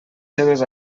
seves